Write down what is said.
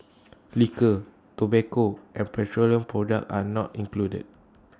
Liquor Tobacco and petroleum products are not included